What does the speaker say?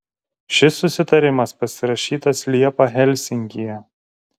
šis susitarimas pasirašytas liepą helsinkyje